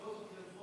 כמו שאתה יודע היטב,